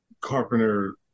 Carpenter